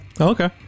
Okay